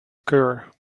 occur